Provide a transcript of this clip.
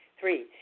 Three